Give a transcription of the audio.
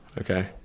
Okay